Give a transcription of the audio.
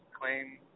claim